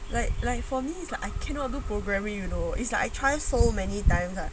like like for me is like I cannot do programming you know it's like I try so many times lah